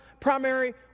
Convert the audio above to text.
primary